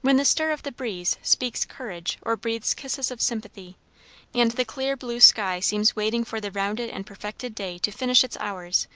when the stir of the breeze speaks courage or breathes kisses of sympathy and the clear blue sky seems waiting for the rounded and perfected day to finish its hours,